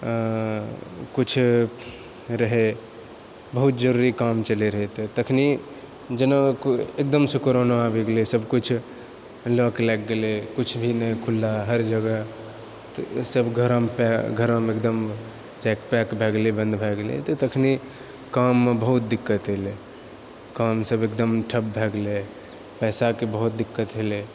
किछु रहै बहुत जरुरी काम चलै रहै तखनि जेना एकदमसँ कोरोना आबि गेलै सभ किछु लॉक लागि गेलै किछु भी नहि खुला हर जगह सभ घरमे पै घरेमे एकदम पैक भए गेलै बन्द भए गेलै तखनि काममे बहुत दिक्कत एलै काम सभ एकदम ठप्प भए गेलै पैसाके बहुत दिक्कत भेलै